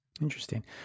Interesting